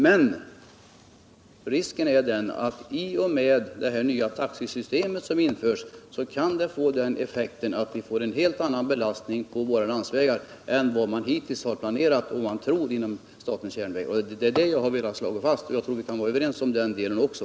Men i och med att det nya taxesystemet införs är risken stor att det blir en helt annan belastning på landsvägarna än vad SJ trott och man hittills har planerat för. Det är detta jag velat slå fast, och jag tror vi kan vara överens i den delen också.